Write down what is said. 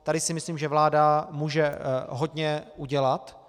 Tady si myslím, že vláda může hodně udělat.